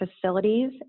facilities